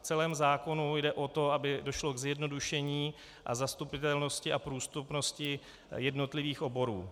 V celém zákonu jde o to, aby došlo k zjednodušení a zastupitelnosti a prostupnosti jednotlivých oborů.